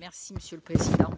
Merci Monsieur le Président,